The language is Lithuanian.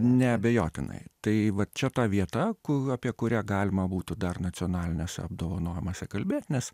neabejotinai tai vat čia ta vieta kur apie kurią galima būtų dar nacionaliniuose apdovanojimuose kalbėt nes